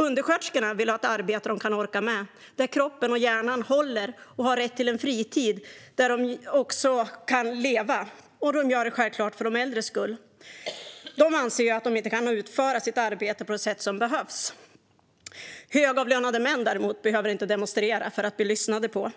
Undersköterskorna vill ha ett arbete som de orkar med, där kroppen och hjärnan håller och där de har rätt till en fritid så att de också kan leva, och självklart gör de det också för de äldres skull. De anser att de inte kan utföra sitt arbete på det sätt som behövs. Högavlönade män behöver däremot inte demonstrera för att bli lyssnade på.